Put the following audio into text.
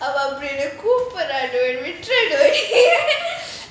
அவ என்ன அப்டி கூப்பிட்றா விட்ருடி:ava enna apdi koopidra vitrudi